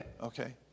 Okay